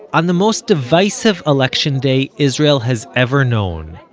on the most divisive election day israel has ever known,